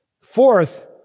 Fourth